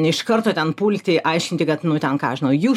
iš karto ten pulti aiškinti kad nu ten ką aš žinau jūs